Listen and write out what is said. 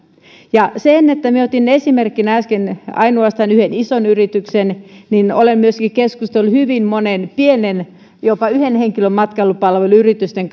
minä otin esimerkkinä äsken ainoastaan yhden ison yrityksen olen myöskin keskustellut hyvin monien pienten jopa yhden henkilön matkailupalveluyritysten